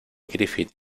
griffith